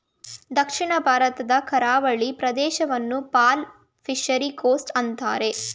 ದಕ್ಷಿಣ ಭಾರತದ ಕರಾವಳಿ ಪ್ರದೇಶವನ್ನು ಪರ್ಲ್ ಫಿಷರಿ ಕೋಸ್ಟ್ ಅಂತರೆ